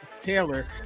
taylor